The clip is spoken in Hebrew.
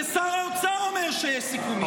כי שר האוצר אומר שיש סיכומים.